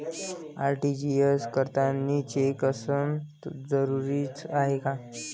RTGS करतांनी cheque असनं जरुरीच हाय का?